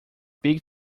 big